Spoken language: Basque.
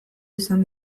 izan